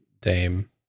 Dame